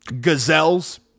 gazelles